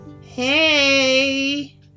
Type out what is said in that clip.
Hey